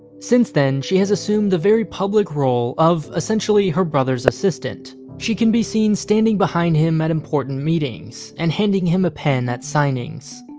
since then, she has assumed the very public role of, essentially, his brother's assistant she can be seen standing behind him at important meetings and handing him a pen at signings.